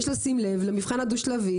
יש לשים לב למבחן הדו-שלבי",